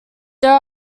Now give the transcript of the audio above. there